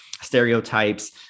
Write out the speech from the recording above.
stereotypes